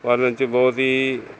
ਪਾਲਣ 'ਚ ਬਹੁਤ ਹੀ